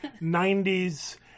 90s